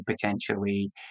potentially